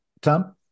Tom